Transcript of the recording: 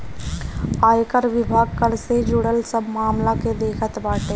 आयकर विभाग कर से जुड़ल सब मामला के देखत बाटे